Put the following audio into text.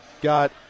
got